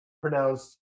pronounced